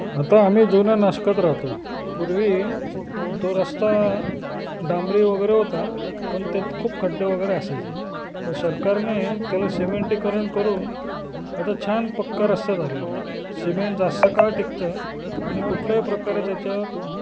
आता आम्ही जुना नाशकात राहतो पूर्वी तो रस्ता डांबरी वगैरे होता पण त्यात खूप खड्डे वगैरे असायचे पण सरकारने त्याला सिमेंटीकरण करून आता छान पक्का रस्ता झालेला आहे सिमेंट जास्त काळ टिकतं आणि कुठल्याही प्रकारे त्याच्यावर